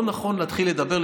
לא נכון להתחיל לדבר,